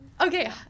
okay